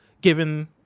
given